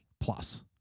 plus